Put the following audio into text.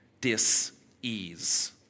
dis-ease